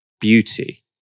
beauty